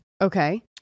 Okay